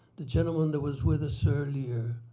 the gentleman that was with us earlier